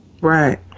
Right